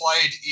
played